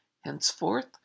Henceforth